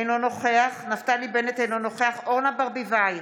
אינו נוכח נפתלי בנט, אינו נוכח אורנה ברביבאי,